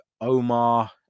Omar